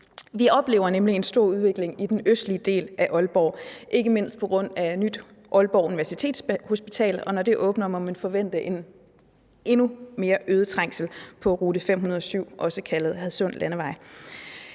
Vi oplever nemlig en stor udvikling i den østlige del af Aalborg, ikke mindst på grund af Nyt Aalborg Universitetshospital, og når det åbner, må man forvente endnu mere trængsel på rute 507, også kaldet Hadsund Landevej.